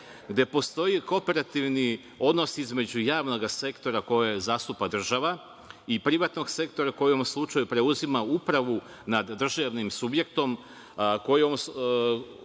gde postoji kooperativni odnos između javnog sektora kojeg zastupa država i privatnog sektora koji u ovom slučaju preuzima upravu nad državnim subjektom,